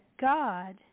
God